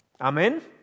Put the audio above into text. Amen